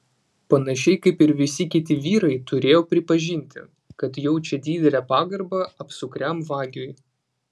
panašiai kaip ir visi kiti vyrai turėjo pripažinti kad jaučia didelę pagarbą apsukriam vagiui